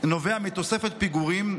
נובע מתוספת פיגורים,